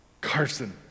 Carson